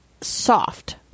soft